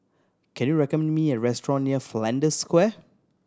can you recommend me a restaurant near Flanders Square